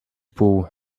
pół